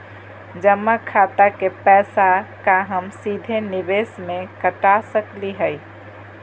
जमा खाता के पैसा का हम सीधे निवेस में कटा सकली हई?